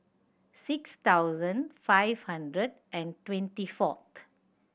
six thousand five hundred and twenty fourth